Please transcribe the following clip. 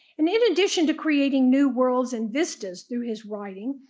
and in addition to creating new worlds and vistas through his writing,